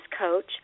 coach